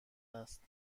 است